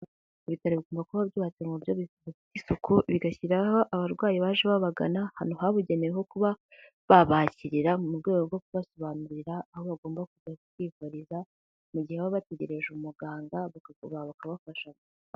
Ibitaro bigomba kuba byubatse mu buryo bifite isuku, bigashyira aho abarwayi baje babagana ahantu habugenewe ho kuba babakirira, mu rwego rwo kubasobanurira aho bagomba kujya kwivuriza, mu gihe baba bategereje umuganga bakabafasha.